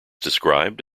described